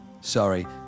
sorry